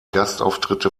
gastauftritte